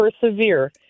persevere